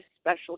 special